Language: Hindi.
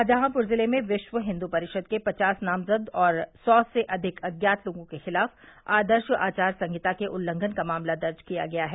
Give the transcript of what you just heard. शाहजहांपुर जिले में विश्व हिन्दू परिषद के पचास नामजद और सौ से अधिक अज्ञात लोगों के खिलाफ आदर्श आचार संहिता के उल्लंघन का मामला दर्ज किया गया है